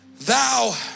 Thou